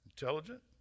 intelligent